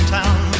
town